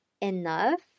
enough